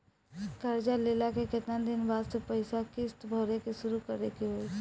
कर्जा लेला के केतना दिन बाद से पैसा किश्त भरे के शुरू करे के होई?